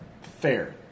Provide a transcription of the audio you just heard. fair